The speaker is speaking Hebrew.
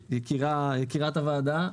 יקירת הוועדה,